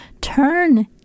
Turn